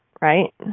right